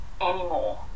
anymore